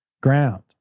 ground